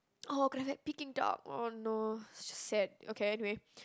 oh can have like Peking duck oh no it's just sad okay anyway